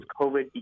COVID